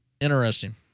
Interesting